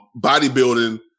bodybuilding